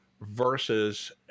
versus